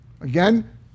Again